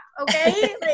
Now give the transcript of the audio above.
okay